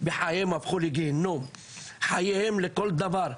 וחייהם הפכו לגיהינום לכל דבר.